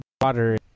water